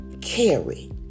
carry